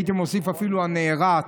הייתי מוסיף אפילו הנערץ,